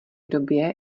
době